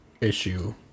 issue